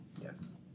Yes